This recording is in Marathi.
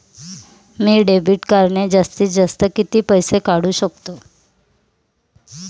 मी डेबिट कार्डने जास्तीत जास्त किती पैसे काढू शकतो?